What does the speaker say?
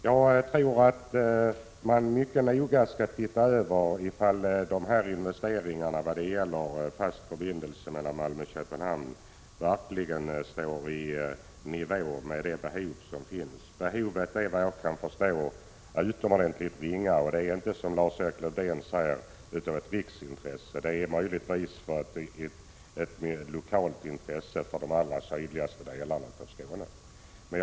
Jag tror att man mycket noga skall se efter om investeringarna för en fast förbindelse mellan Malmö och Köpenhamn verkligen motsvarar det behov som finns. Behovet är, vad jag kan förstå, utomordentligt ringa. En fast förbindelse är inte något riksintresse, som Lars-Erik Lövdén säger. Det är möjligtvis ett lokalt intresse i de allra sydligaste delarna av Skåne.